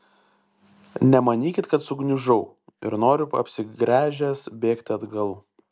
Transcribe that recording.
nemanykit kad sugniužau ir noriu apsigręžęs bėgti atgal